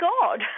God